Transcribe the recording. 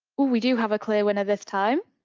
ooh, we do have a clear winner this time.